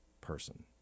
person